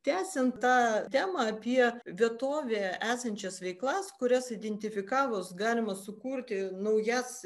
tęsiant tą temą apie vietovėje esančias veiklas kurias identifikavus galima sukurti naujas